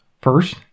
First